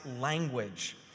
language